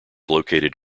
located